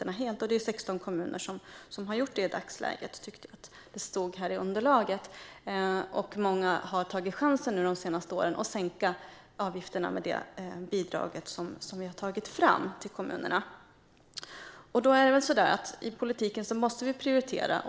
I dagsläget är det 16 kommuner som har tagit bort dem, tyckte jag att det stod i underlaget, och de senaste åren har många tagit chansen att sänka avgifterna med hjälp av det bidrag som vi har tagit fram till kommunerna. I politiken måste vi prioritera.